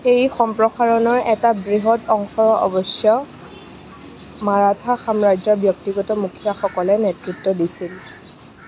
এই সম্প্ৰসাৰণৰ এটা বৃহৎ অংশৰ অৱশ্যে মাৰাঠা সাম্ৰাজ্যৰ ব্যক্তিগত মুখীয়ালসকলে নেতৃত্ব দিছিল